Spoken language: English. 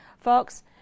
Folks